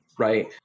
Right